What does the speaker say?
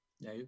No